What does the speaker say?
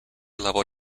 level